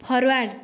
forward